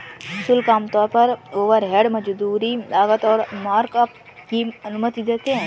शुल्क आमतौर पर ओवरहेड, मजदूरी, लागत और मार्कअप की अनुमति देते हैं